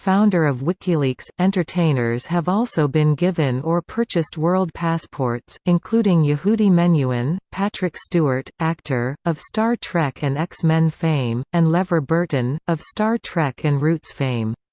founder of wikileaks entertainers have also been given or purchased world passports, including yehudi menuhin, patrick stewart, actor, of star trek and x-men fame, and levar burton, of star trek and roots fame.